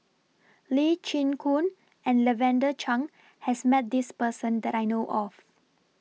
Lee Chin Koon and Lavender Chang has Met This Person that I know of